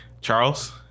Charles